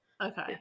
Okay